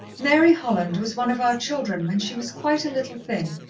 mary holland was one of our children when she was quite a little thing,